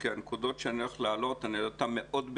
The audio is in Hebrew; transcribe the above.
כי אעלה את הנקודות מאוד בקצרה,